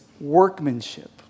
workmanship